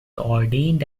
ordained